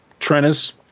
Trennis